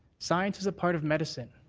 science is a part of medicine.